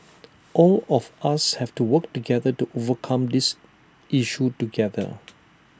all of us have to work together to overcome this issue together